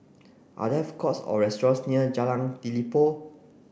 are there food courts or restaurants near Jalan Telipok